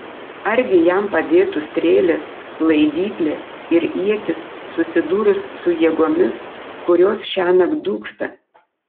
argi jam padėtų strėlės laidyklė ir ietis susidūrus su jėgomis kurios šiąnakt dūksta